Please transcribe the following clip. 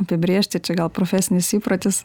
apibrėžti čia gal profesinis įprotis